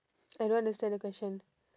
I don't understand the question